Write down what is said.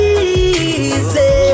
easy